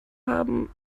haben